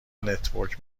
نتورک